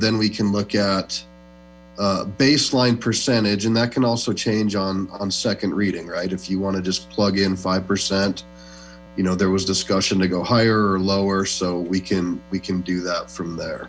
then we can look at baseline percentage and that can also change on on second reading right if you want to just plug in five percent you know there was discussion to go higher or lower so we can we can do that from there